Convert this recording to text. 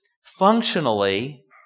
Functionally